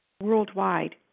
worldwide